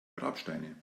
grabsteine